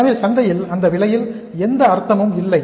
எனவே சந்தையில் அந்த விலையில் விற்க எந்த அர்த்தமும் இல்லை